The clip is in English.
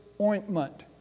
ointment